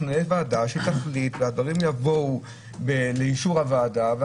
שנהיה ועדה שתחליט והדברים יבואו לאישור הוועדה.